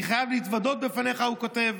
אני חייב להתוודות בפניך, הוא כותב,